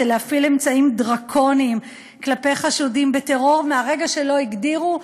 זה להפעיל אמצעים דרקוניים כלפי חשודים בטרור ברגע שלא הגדירו,